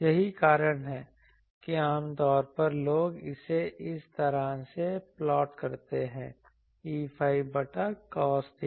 यही कारण है कि आम तौर पर लोग इसे इस तरह से प्लॉट करते हैंEϕ बटा cos theta